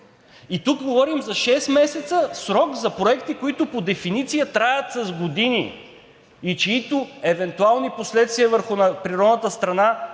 И тук говорим за шест месеца срок за проекти, които по дефиниция траят с години и чиито евентуални последствия върху природната среда